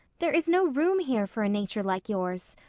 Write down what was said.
there is no room here for a nature like yours.